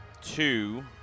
two